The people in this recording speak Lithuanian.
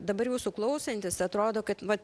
dabar jūsų klausantis atrodo kad va